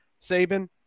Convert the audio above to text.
Saban